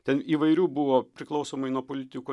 ten įvairių buvo priklausomai nuo politikų